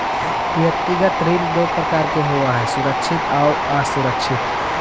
व्यक्तिगत ऋण दो प्रकार के होवऽ हइ सुरक्षित आउ असुरक्षित